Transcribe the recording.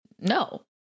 no